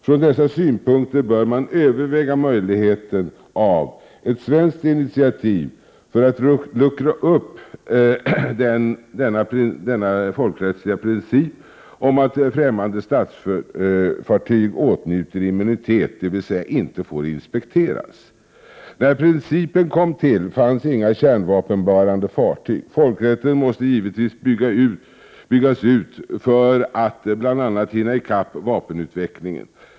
Från dessa synpunkter bör man överväga möjligheten av ett svenskt initiativ för att luckra upp den folkrättsliga principen om att främmande statsfartyg åtnjuter immunitet, dvs. inte får inspekteras. När principen kom till fanns inga kärnvapenbärande fartyg. Folkrätten måste givetvis byggas ut för att bl.a. hinna i kapp vapenutvecklingen.